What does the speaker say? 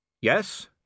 Yes